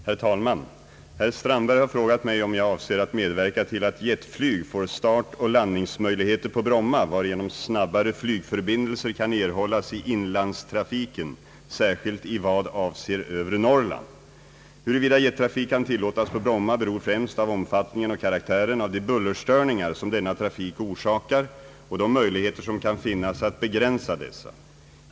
Herr talman! Herr Strandberg har frågat mig om jag avser att medverka till att jetflyg får startoch landningsmöjligheter på Bromma varigenom snabbare flygförbindelser kan erhållas i inlandstrafiken, särskilt i vad avser övre Norrland. Huruvida jettrafik kan tillåtas på Bromma beror främst av omfattningen och karaktären av de bullerstörningar som denna trafik orsakar och de möjligheter som kan finnas att begränsa dessa.